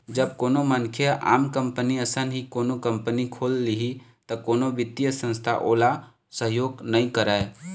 जब कोनो मनखे ह आम कंपनी असन ही कोनो कंपनी खोल लिही त कोनो बित्तीय संस्था ओला सहयोग नइ करय